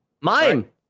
Mime